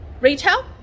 retail